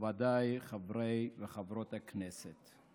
מכובדיי חברי וחברות הכנסת,